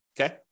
okay